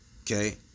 okay